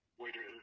waiter